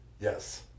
Yes